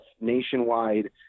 nationwide